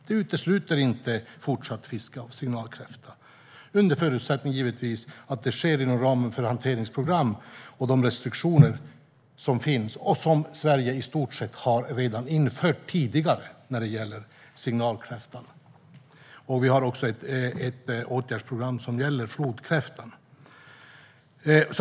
Detta utesluter inte fortsatt fiske av signalkräfta, under förutsättning, givetvis, att det sker inom ramen för hanteringsprogram och de restriktioner som finns och som Sverige i stort sett redan har infört sedan tidigare. Vi har också ett åtgärdsprogram som gäller flodkräftan.